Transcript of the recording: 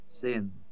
Sins